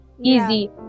easy